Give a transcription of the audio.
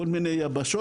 כל מיני יבשות,